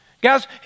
Guys